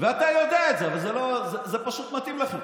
ואתה יודע את זה, אבל זה פשוט מתאים לכם.